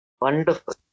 Wonderful